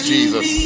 Jesus